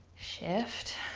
shift.